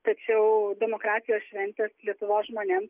tačiau demokratijos šventės lietuvos žmonėm